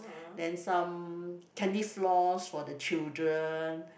then some candy floss for the children